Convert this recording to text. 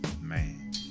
man